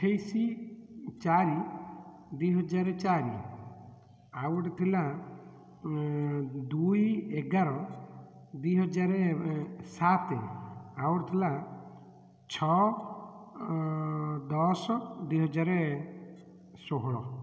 ଅଠେଇଶି ଚାରି ଦୁଇ ହଜାର ଚାରି ଆଉ ଗୋଟେ ଥିଲା ଦୁଇ ଏଗାର ଦୁଇ ହଜାର ସାତ ଆଉ ଗୋଟେ ଥିଲା ଛଅ ଦଶ ଦୁଇ ହଜାର ଷୋହଳ